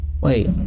Wait